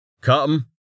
Come